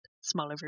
smaller